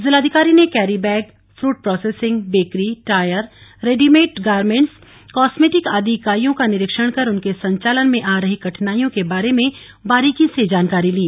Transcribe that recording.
जिलाधिकारी ने carry bag fruit processing bakery tyre readymade garment cosmetic आदि इकाइयों का निरीक्षण कर उनके संचालन में आ रही कठिनाइयों के बारे में बारीकी से जानकारी ली